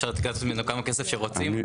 אפשר לקחת ממנו כמה כסף שרוצים.